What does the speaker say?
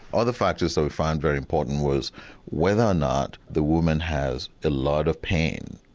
other factors that we found very important was whether or not the woman has a lot of pain,